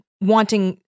wanting